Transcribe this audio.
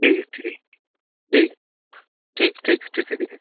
ठीक है ठीक ठीक है ठीक ठीक ठीक है दीदी